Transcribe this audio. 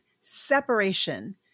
separation